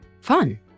fun